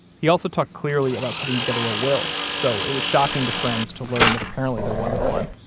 he also talked clearly about putting together a will. so it was shocking to friends to learn that apparently there wasn't one.